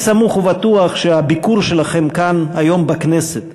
ואני סמוך ובטוח שהביקור שלכם כאן היום בכנסת,